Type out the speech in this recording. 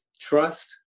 trust